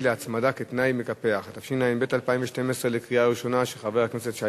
(סמכויות פיקוח ואכיפה) אושרה בקריאה ראשונה ותועבר לוועדת החינוך,